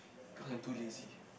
cause I am too lazy